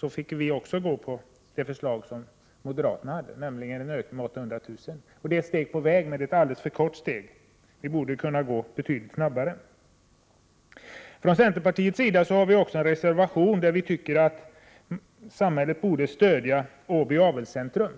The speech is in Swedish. föll fick ansluta oss till moderaternas förslag på 800 000 kr. Det är ett steg på vägen, men det är ett alldeles för kort steg. Vi borde kunna göra betydligt mer. Centerpartiet har också en reservation där vi skriver att staten borde stödja Åby Avelscentrum.